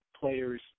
players